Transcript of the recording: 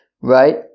Right